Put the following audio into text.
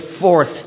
fourth